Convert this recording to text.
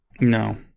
no